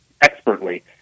expertly